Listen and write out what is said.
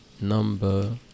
number